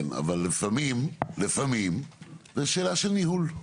כן, אבל לפעמים, לפעמים, זו שאלה של ניהול.